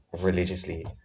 religiously